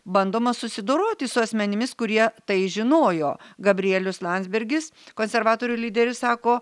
bandoma susidoroti su asmenimis kurie tai žinojo gabrielius landsbergis konservatorių lyderis sako